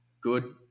good